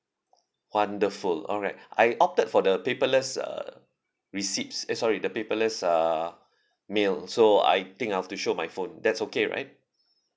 wonderful alright I opted for the paperless uh receipts eh sorry the paperless uh mail so I think I've to show my phone that's okay right